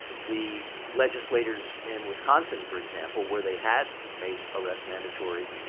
the legislators in wisconsin, for example, where they had made arrest mandatory,